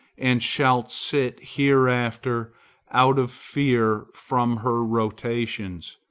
and shalt sit hereafter out of fear from her rotations.